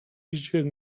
jeździłem